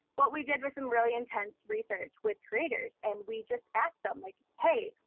what we did with some really intense research with creators. and we just asked them like, hey,